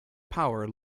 power